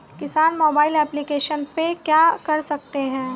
किसान mobile application पे क्या क्या कर सकते हैं?